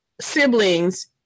siblings